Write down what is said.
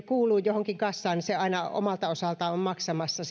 kuuluu johonkin kassaan aina omalta osaltaan on maksamassa